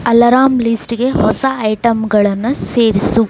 alarm ಲೀಸ್ಟ್ಗೆ ಹೊಸ ಐಟಮ್ಗಳನ್ನು ಸೇರಿಸು